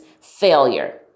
failure